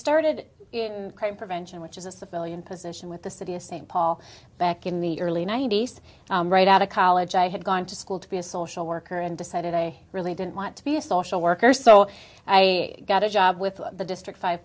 started crime prevention which is a civilian position with this city of st paul back in the early ninety's right out of college i had gone to school to be a social worker and decided i really didn't want to be a social worker so i got a job with the district five